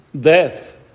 death